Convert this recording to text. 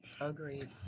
Agreed